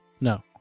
No